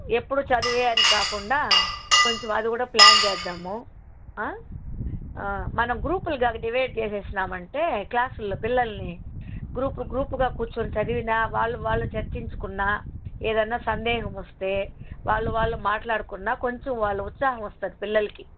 ఎప్పుడూ చదువే అని కాకుండా కొంచెం అది కూడా ప్లాన్ చేద్దాము మనం గ్రూపులుగా డివైడ్ చేసేశామంటే క్లాసుల్లో పిల్లల్ని గ్రూప్ గ్రూప్గా కూర్చోని చదివినా వాళ్ళు వాళ్ళు చర్చించుకున్నా ఏదన్నా సందేహం వస్తే వాళ్ళు వాళ్ళు మాట్లాడుకున్నా కొంచెం వాళ్ళు ఉత్సాహం వస్తుంది పిల్లలకి